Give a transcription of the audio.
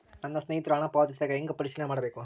ನನ್ನ ಸ್ನೇಹಿತರು ಹಣ ಪಾವತಿಸಿದಾಗ ಹೆಂಗ ಪರಿಶೇಲನೆ ಮಾಡಬೇಕು?